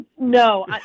No